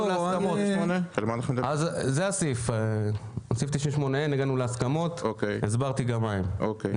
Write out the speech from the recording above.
אין סעיף 98. הגענו להסכמות והסברתי מה הן ההסכמות.